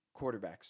quarterbacks